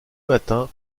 matin